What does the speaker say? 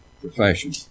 profession